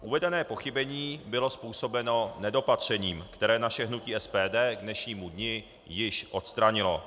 Uvedené pochybení bylo způsobeno nedopatřením, které naše hnutí SPD k dnešnímu dni již odstranilo.